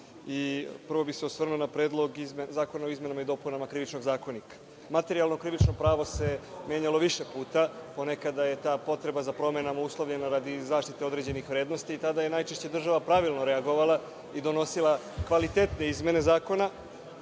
Prvo bih se osvrnuo na Predlog zakona o izmenama i dopunama Krivičnog zakonika. Materijalno krivično pravo se menjalo više puta. Ponekada je ta potreba za promenama uslovljena radi zaštite određenih vrednosti i tada je najčešće država pravilno reagovala i donosila kvalitetne izmene zakona